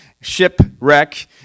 shipwreck